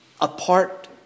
apart